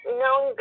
known